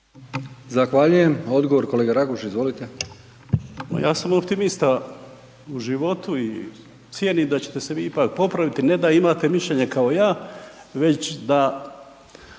Zahvaljujem. Odgovor kolega Raguž, izvolite. **Raguž, Željko (HDZ)** Ma ja sam optimista u životu i cijenim da ćete se vi ipak popraviti, ne da imate mišljenje kao ja, već da